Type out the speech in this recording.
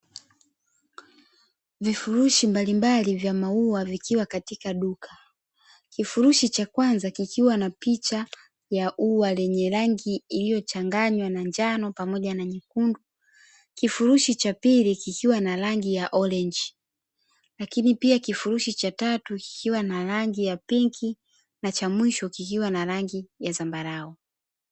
Vifurushi mbalimbali vya maua, vikiwa katika duka, kifurushi cha kwanza kikiwa na picha ya ua lenye rangi iliyochanganywa na njano pamoja na nyekundu, kifurushi cha pili kikiwa na rangi ya orenji, lakini pia kifurushi cha tatu kikiwa na rangi ya pinki, na cha mwisho kikiwa na rangi ya zambarau.